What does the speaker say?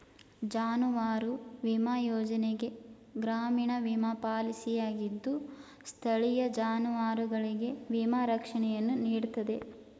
ಜಾನುವಾರು ವಿಮಾ ಯೋಜನೆ ಗ್ರಾಮೀಣ ವಿಮಾ ಪಾಲಿಸಿಯಾಗಿದ್ದು ಸ್ಥಳೀಯ ಜಾನುವಾರುಗಳಿಗೆ ವಿಮಾ ರಕ್ಷಣೆಯನ್ನು ನೀಡ್ತದೆ